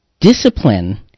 discipline